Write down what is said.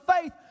faith